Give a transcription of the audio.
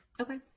Okay